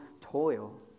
toil